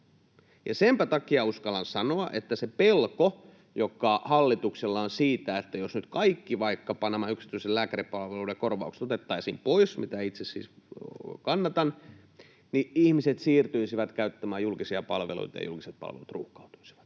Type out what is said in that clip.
senpä takia uskallan sanoa, että se pelko, joka hallituksella on siitä, että jos nyt kaikki vaikkapa nämä yksityisten lääkäripalveluiden korvaukset otettaisiin pois — mitä itse siis kannatan — niin ihmiset siirtyisivät käyttämään julkisia palveluita ja julkiset palvelut ruuhkautuisivat.